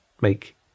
make